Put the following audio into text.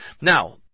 Now